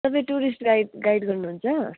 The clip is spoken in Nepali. तपाईँ टुरिस्ट गाइड गाइड गर्नुहुन्छ